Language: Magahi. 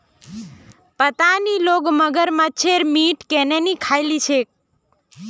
पता नी लोग मगरमच्छेर मीट केन न खइ ली छेक